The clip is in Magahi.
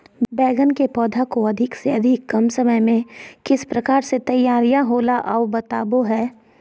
बैगन के पौधा को अधिक से अधिक कम समय में किस प्रकार से तैयारियां होला औ बताबो है?